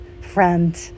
friend